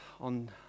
on